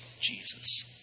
Jesus